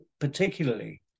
particularly